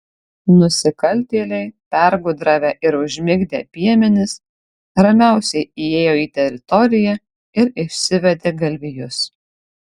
nusikaltėliai pergudravę ir užmigdę piemenis ramiausiai įėjo į teritoriją ir išsivedė galvijus